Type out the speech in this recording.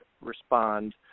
respond